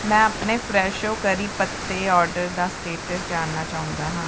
ਮੈਂ ਆਪਣੇ Fresho curry ਪੱਤੇ ਆਰਡਰ ਦਾ ਸਟੇਟਸ ਜਾਣਨਾ ਚਾਹੁੰਦਾ ਹਾਂ